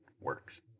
works